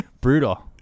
Brutal